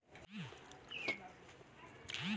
बकरी के दूध में कौनसा प्रोटीन होता है?